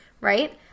Right